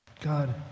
God